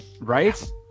right